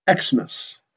Xmas